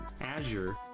Azure